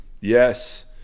yes